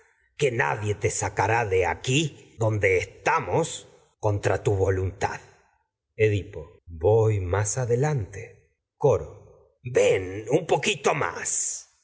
que nadie te sacará de aquí donde estamos contra edipo coro edipo tu voluntad voy más adelante un ven poquito más